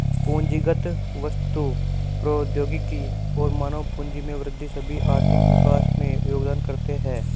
पूंजीगत वस्तु, प्रौद्योगिकी और मानव पूंजी में वृद्धि सभी आर्थिक विकास में योगदान करते है